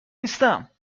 نیستم